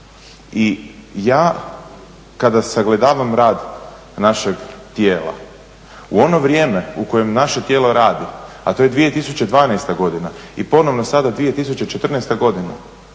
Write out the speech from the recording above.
I ja kada sagledavam rad našeg tijela u ono vrijeme u kojem naše tijelo radi, a to je 2012. godina i ponovno sada 2014. godina